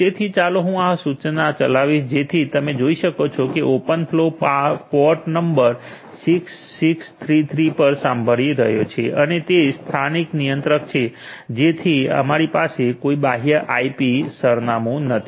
તેથી ચાલો હું આ સૂચના ચલાવીશ જેથી તમે જોઈ શકો છો કે ઓપન ફલૉ પોર્ટ નંબર 6633 પર સાંભળી રહ્યો છે અને તે સ્થાનિક નિયંત્રક છે તેથી જ અમારી પાસે કોઈ બાહ્ય આઈપી સરનામું નથી